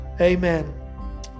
Amen